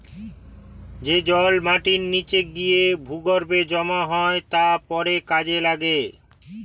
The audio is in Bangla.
যে জল মাটির নিচে গিয়ে ভূগর্ভে জমা হয় তা পরে কাজে লাগে